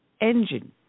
engine